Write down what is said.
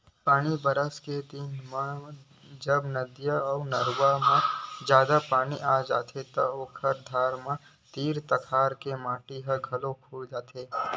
पानी बरसा के दिन म जब नदिया अउ नरूवा म जादा पानी आ जाथे त ओखर धार म तीर तखार के माटी ह घलोक खोला जाथे